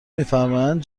میفرمایند